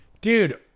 Dude